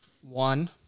one